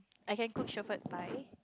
I can cook Shepherd pie